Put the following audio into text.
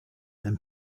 then